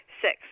Six